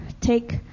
take